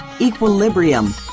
equilibrium